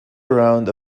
around